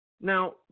Now